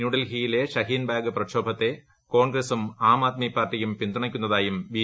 ന്യൂഡൽഹിയിലെ ഷഹീൻബാഗ് പ്രക്ഷോഭത്തെ കോൺഗ്രസും ആം ആദ്മി പാർട്ടിയും പിന്തുണയ്ക്കുന്നതായും ബി